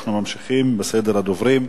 אנחנו ממשיכים בסדר הדוברים.